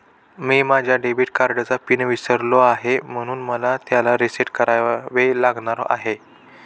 मी माझ्या डेबिट कार्डचा पिन विसरलो आहे म्हणून मला त्याला रीसेट करावे लागणार आहे